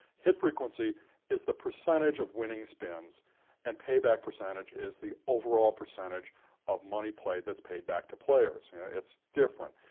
hit frequency is the percentage of winning spins and pay back percentage is the overall percentage of money played that's paid back to players yeah its different.